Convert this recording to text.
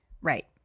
Right